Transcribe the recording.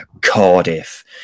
Cardiff